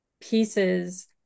pieces